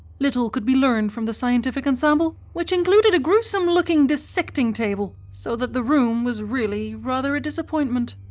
little could be learned from the scientific ensemble, which included a gruesome-looking dissecting table so that the room was really rather a disappointment.